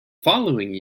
following